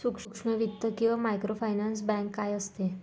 सूक्ष्म वित्त किंवा मायक्रोफायनान्स बँक काय असते?